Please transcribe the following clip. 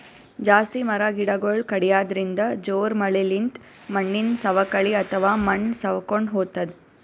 ಜಾಸ್ತಿ ಮರ ಗಿಡಗೊಳ್ ಕಡ್ಯದ್ರಿನ್ದ, ಜೋರ್ ಮಳಿಲಿಂತ್ ಮಣ್ಣಿನ್ ಸವಕಳಿ ಅಥವಾ ಮಣ್ಣ್ ಸವಕೊಂಡ್ ಹೊತದ್